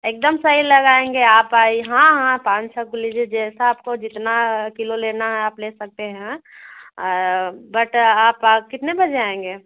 एकदम सही लगाएँगे आप आए हाँ हाँ पाँच जैसा आपको जितना किलो लेना है आप ले सकते हैं बट आप कितने बजे आएँगे